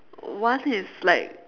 one is like